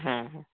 हाँ हाँ